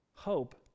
Hope